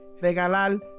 regalar